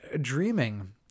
Dreaming